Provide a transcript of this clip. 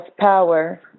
power